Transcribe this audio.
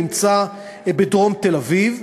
נמצאים בדרום תל-אביב,